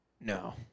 No